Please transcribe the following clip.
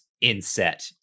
inset